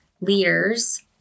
leaders